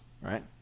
right